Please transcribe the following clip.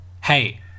Hey